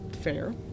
fair